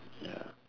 ya